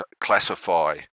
classify